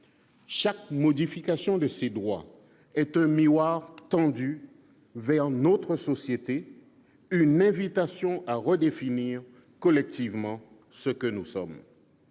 Chaque modification de ces droits est un miroir tendu vers notre société, une invitation à redéfinir collectivement ce que nous sommes.